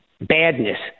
badness